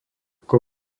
ako